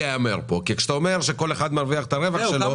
כשאתה אומר שכל אחד מרוויח את הרווח שלו,